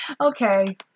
okay